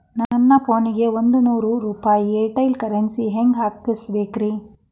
ನನ್ನ ಫೋನಿಗೆ ಒಂದ್ ನೂರು ರೂಪಾಯಿ ಏರ್ಟೆಲ್ ಕರೆನ್ಸಿ ಹೆಂಗ್ ಹಾಕಿಸ್ಬೇಕ್ರಿ?